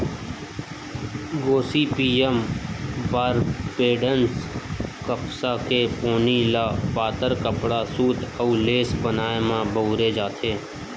Gossypium बारबेडॅन्स कपसा के पोनी ल पातर कपड़ा, सूत अउ लेस बनाए म बउरे जाथे